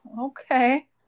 okay